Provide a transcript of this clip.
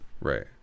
Right